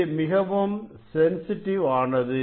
இது மிகவும் சென்சிட்டிவ் ஆனது